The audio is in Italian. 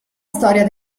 storia